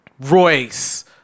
Royce